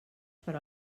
per